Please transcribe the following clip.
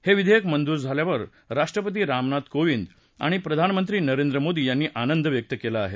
हे विधेयक मद्गूरे झाल्याबद्दल राष्ट्रपती रामनाथ कोविंद आणि प्रधानमंत्री नरेंद्र मोदी यांनी आनंद व्यक्त केला आहे